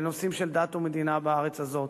לנושאים של דת ומדינה בארץ הזאת,